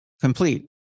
Complete